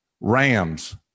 rams